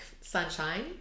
sunshine